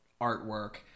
artwork